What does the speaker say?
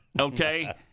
okay